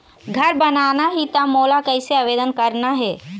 घर बनाना ही त मोला कैसे आवेदन करना हे?